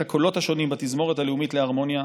הקולות השונים בתזמורת הלאומית להרמוניה.